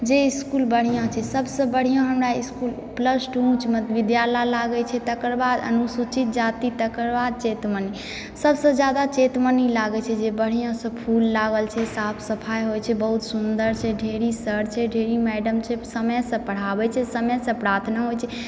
जे इसकुल बढ़िऑं छै सब सऽ बढ़िऑं हमरा इसकुल प्लस टू उच्च मध्य विद्यालय लागै छै तकर बाद अनुसूचित जाति तकर बाद चैतमनी सब सऽ ज्यदा चैतमनी लागै छै जे बढिया सऽ फूल लागल छै साफ सफाइ होइ छै बहुत सुन्दर छै ढेरी सर छै ढेरी मैडम छै समय सऽ पढाबै छै समय सऽ प्रार्थनो होइ छै